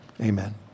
Amen